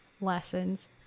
lessons